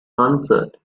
answered